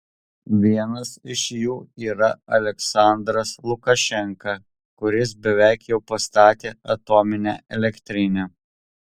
vienas iš jų yra aliaksandras lukašenka kuris beveik jau pastatė atominę elektrinę